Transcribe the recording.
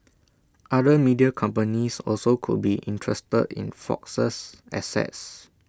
other media companies also could be interested in Fox's assets